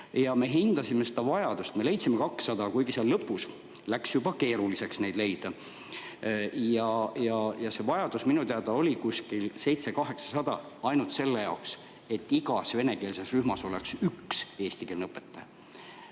Me hindasime seda vajadust – leidsime 200 [õpetajat], kuigi lõpus läks juba keeruliseks neid leida – ja see vajadus minu teada oli kuskil 700–800 ainult selle jaoks, et igas venekeelses rühmas oleks üks eestikeelne õpetaja.